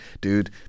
dude